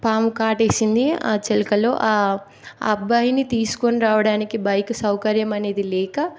పాము కాటు వేసింది ఆ చెలకలో ఆ అబ్బాయిని తీసుకొని రావడానికి బైక్ సౌకర్యం అనేది లేక